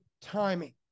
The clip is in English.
timing